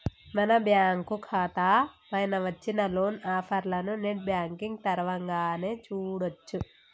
మన బ్యాంకు ఖాతా పైన వచ్చిన లోన్ ఆఫర్లను నెట్ బ్యాంకింగ్ తరవంగానే చూడొచ్చు